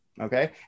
okay